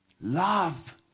love